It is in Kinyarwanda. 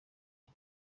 byo